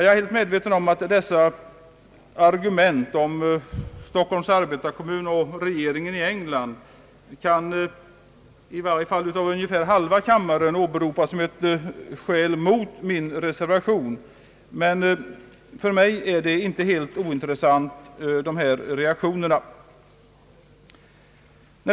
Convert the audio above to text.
Jag är medveten om att dessa argument, där jag nämnt Stockholms arbetarekommun och regeringen i England, i varje fall av halva kammaren kan åberopas som ett skäl mot min reservation, men för mig är dessa reaktioner inte helt ointressanta.